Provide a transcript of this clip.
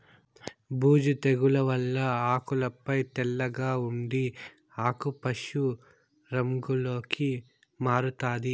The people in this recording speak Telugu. బూజు తెగుల వల్ల ఆకులపై తెల్లగా ఉండి ఆకు పశు రంగులోకి మారుతాది